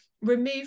Remove